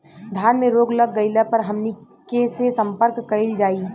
धान में रोग लग गईला पर हमनी के से संपर्क कईल जाई?